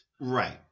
Right